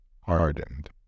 hardened